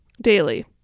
daily